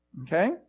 Okay